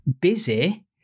busy